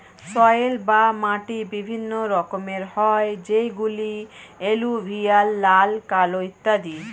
soil বা মাটি বিভিন্ন রকমের হয় যেমন এলুভিয়াল, লাল, কালো ইত্যাদি